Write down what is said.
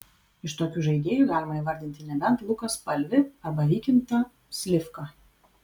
iš tokių žaidėjų galima įvardinti nebent luką spalvį arba vykintą slivką